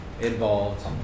involved